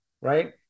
right